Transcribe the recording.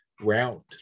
route